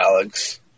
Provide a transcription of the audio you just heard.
Alex